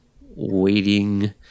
waiting